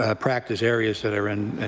ah practice areas that are and